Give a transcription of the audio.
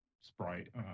sprite